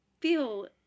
feel